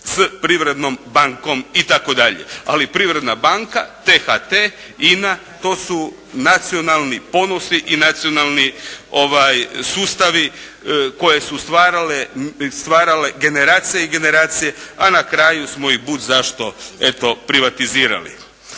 s Privrednom bankom itd. Ali Privredna banka, THT-a, INA, to su nacionalni ponosi i nacionalni sustavi koje su stvarale generacije i generacije, a na kraju smo ih bud zašto eto, privatizirali.